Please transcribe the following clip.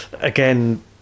again